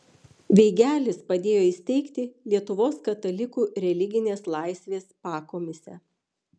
veigelis padėjo įsteigti lietuvos katalikų religinės laisvės pakomisę